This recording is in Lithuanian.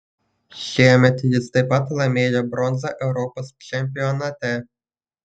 šiemet jis taip pat laimėjo bronzą europos čempionate